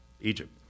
egypt